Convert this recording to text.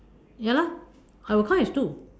ya lah I would count as two